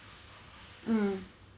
mm